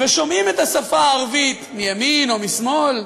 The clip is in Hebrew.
ושומעים את השפה הערבית, מימין או משמאל,